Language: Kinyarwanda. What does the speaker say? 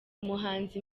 umuhanzi